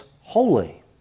holy